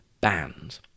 banned